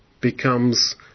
becomes